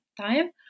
time